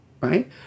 right